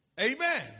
Amen